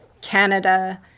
Canada